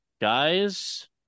Guys